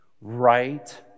right